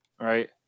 right